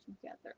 together